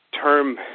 term